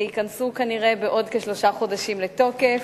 שייכנסו כנראה בעוד כשלושה חודשים לתוקף.